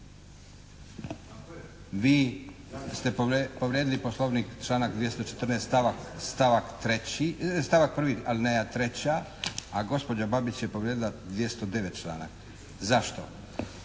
Vi ste povrijedili poslovnik članak 214. stavak 1. alineja 3. a gospođa Babić je povrijedila 209. članak. Zašto?